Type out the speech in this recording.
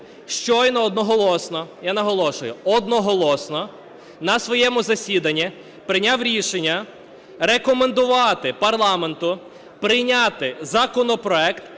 щойно одноголосно, я наголошую, одноголосно на своєму засіданні прийняв рішення рекомендувати парламенту прийняти законопроект